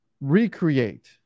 recreate